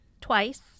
Twice